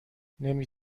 نمی